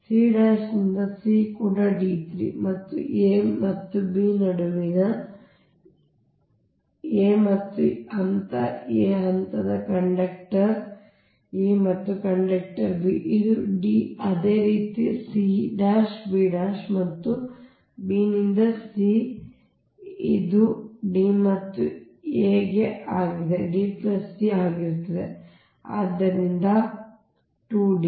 ಅಂದರೆ c ನಿಂದ c ಕೂಡ d3 ಮತ್ತು a ಮತ್ತು b ನಡುವಿನ ಅಂತರ a ಮತ್ತು ಹಂತ a ಮತ್ತು ಈ ಹಂತ ಕಂಡಕ್ಟರ್ a ಮತ್ತು ಕಂಡಕ್ಟರ್ b ಇದು D ಅದೇ ರೀತಿ ಕಂಡಕ್ಟರ್ c b ಮತ್ತು b ನಿಂದ c ಇದು D ಮತ್ತು a ಗೆ c ಆಗಿದೆ D D ಆಗಿರುತ್ತದೆ ಆದ್ದರಿಂದ 2 D